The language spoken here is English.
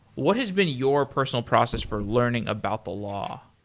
what has been your personal process for learning about the law?